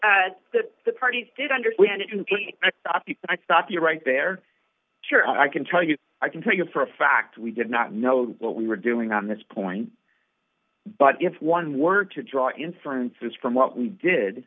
that the parties did understand it didn't stop you right there sure i can tell you i can tell you for a fact we did not know what we were doing on this point but if one were to draw inferences from what we did